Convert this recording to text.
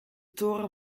toren